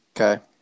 okay